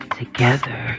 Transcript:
together